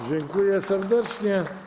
Dziękuję serdecznie.